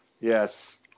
Yes